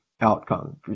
outcome